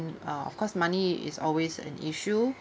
uh of course money is always an issue